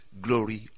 glory